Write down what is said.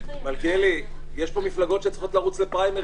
מלכיאלי, יש פה מפלגות שצריכות לרוץ לפריימריז.